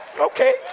Okay